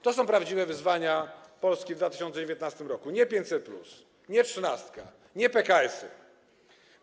To są prawdziwe wyzwania dla Polski w 2019 r., nie 500+, nie trzynastka, nie PKS-y.